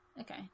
okay